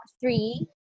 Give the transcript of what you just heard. three